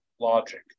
logic